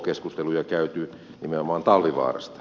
keskusteluja käyty nimenomaan talvivaarasta